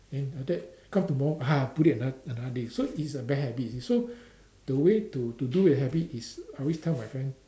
then like that come tomorrow put it ano~ another day so it's a bad habit you see so the way to to do with habit is I always tell my friend